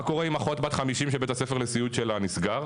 מה קורה עם אחות בת 50 שבית הספר לסיעוד שלה נסגר?